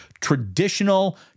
traditional